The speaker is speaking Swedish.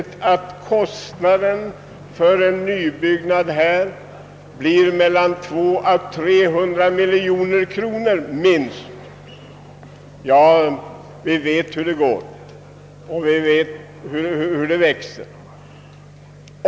Kostnaden för en nybyggnad blir mellan 200 och 300 miljoner kronor, minst. Ja, vi vet hur det går och hur kostnaderna växer.